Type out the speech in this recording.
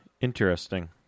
Interesting